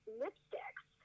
lipsticks